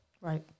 right